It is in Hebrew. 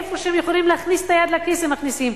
איפה שהם יכולים להכניס את היד לכיס, הם מכניסים.